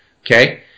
Okay